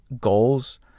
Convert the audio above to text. goals